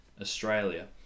Australia